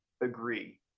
agree